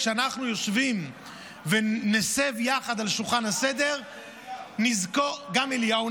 וכשאנחנו יושבים ונסב יחד על השולחן הסדר נזכור- -- לאליהו.